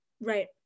Right